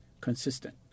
consistent